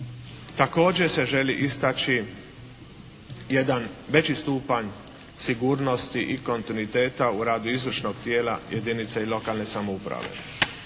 Također se želi istaći jedan veći stupanj sigurnosti i kontinuiteta u radu izvršnog tijela jedinice i lokalne samouprave